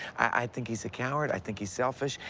i think he's a coward. i think he's selfish.